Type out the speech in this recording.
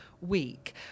week